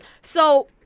So-